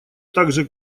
также